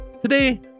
Today